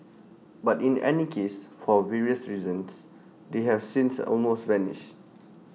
but in any case for various reasons they have since almost vanished